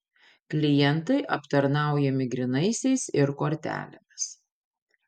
klientai aptarnaujami grynaisiais ir kortelėmis